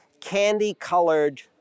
candy-colored